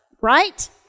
right